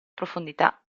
profondità